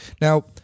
now